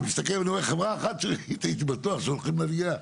אני מסתכל ואני רואה חברה אחת שהייתי בטוח שהולכים להגיע.